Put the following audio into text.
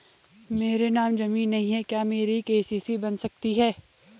मेरे नाम ज़मीन नहीं है क्या मेरी के.सी.सी बन सकती है?